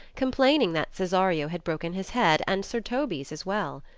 com plaining that cesario had broken his head, and sir toby's as well.